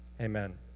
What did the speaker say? Amen